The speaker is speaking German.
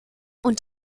und